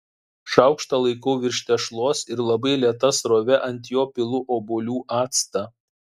šaukštą laikau virš tešlos ir labai lėta srove ant jo pilu obuolių actą